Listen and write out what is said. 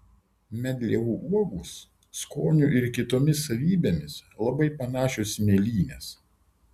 medlievų uogos skoniu ir kitomis savybėmis labai panašios į mėlynes